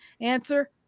answer